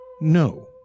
No